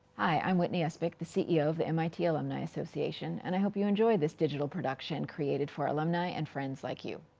i'm whitney espich, the ceo of the mit alumni association and i hope you enjoy this digital production created for alumni and friends like you.